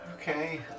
Okay